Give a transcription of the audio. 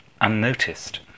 unnoticed